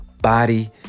body